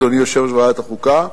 אדוני יושב-ראש ועדת החוקה,